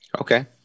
Okay